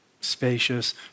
spacious